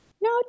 No